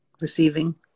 receiving